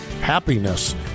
happiness